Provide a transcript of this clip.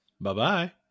Bye-bye